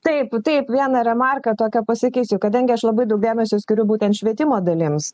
taip taip vieną remarką tokią pasakysiu kadangi aš labai daug dėmesio skiriu būtent švietimo dalims